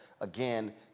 again